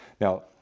Now